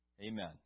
Amen